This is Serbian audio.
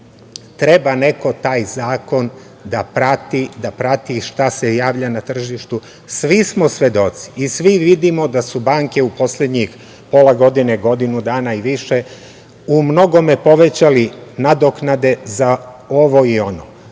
Treba neko taj zakon da prati, da prati šta se javlja na tržištu, svi smo svedoci i svi vidimo da su banke u poslednjih pola godine, ili godinu dana i više, u mnogome povećali nadoknade za ovo i ono,